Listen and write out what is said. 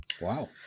wow